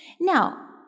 Now